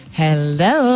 hello